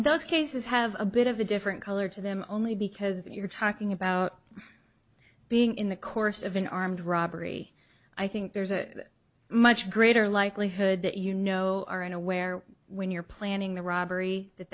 those cases have a bit of a different color to them only because you're talking about being in the course of an armed robbery i think there's a much greater likelihood that you know are in aware when you're planning the robbery that